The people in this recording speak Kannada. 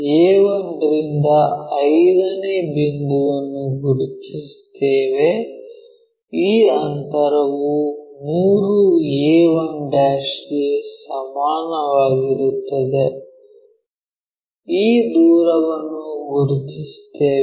a1 ರಿಂದ 5 ನೇ ಬಿಂದುವನ್ನು ಗುರುತಿಸುತ್ತೇವೆ ಈ ಅಂತರವು 3a1 ಗೆ ಸಮಾನವಾಗಿರುತ್ತದೆ ಈ ದೂರವನ್ನು ಗುರುತಿಸುತ್ತೇವೆ